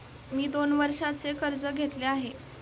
मी दोन वर्षांचे कर्ज घेतले आहे